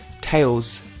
tails